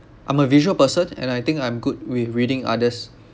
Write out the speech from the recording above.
I'm a visual person and I think I'm good with reading others